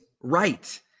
right